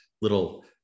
little